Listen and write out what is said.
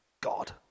God